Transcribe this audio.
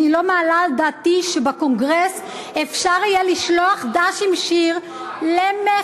אני לא מעלה על דעתי שבקונגרס אפשר יהיה לשלוח ד"ש עם שיר למחבלים,